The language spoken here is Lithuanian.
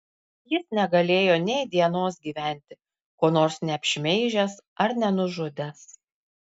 jis negalėjo nei dienos gyventi ko nors neapšmeižęs ar nenužudęs